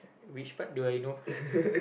which part do I know